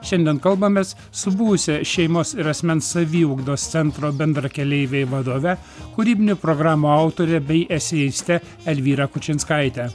šiandien kalbamės su buvusia šeimos ir asmens saviugdos centro bendrakeleiviai vadove kūrybinių programų autore bei eseiste elvyra kučinskaite